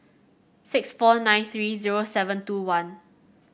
six four nine three zero seven two one